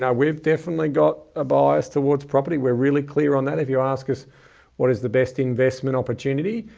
yeah we've definitely got a bias towards property. we're really clear on that. if you ask us what is the best investment opportunity,